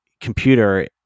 computer